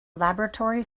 laboratory